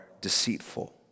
deceitful